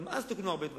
גם אז תוקנו הרבה דברים,